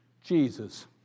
Jesus